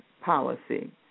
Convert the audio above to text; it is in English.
policy